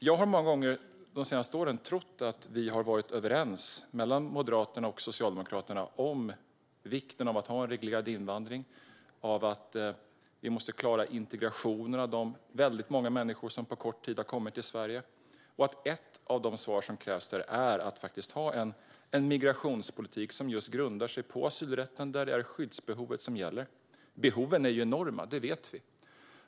Jag har många gånger de senaste åren trott att Moderaterna och Socialdemokraterna var överens om vikten av att ha en reglerad invandring, att vi klarar integrationen av de många människor som på kort tid har kommit till Sverige och att ett av de svar som krävs är att ha en migrationspolitik som grundar sig på asylrätten, där det är skyddsbehovet som gäller. Behoven är enorma - det vet vi.